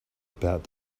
about